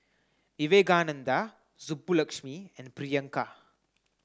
Vivekananda Subbulakshmi and Priyanka